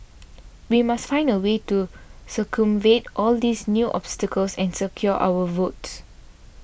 we must find a way to circumvent all these new obstacles and secure our votes